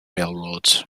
railroads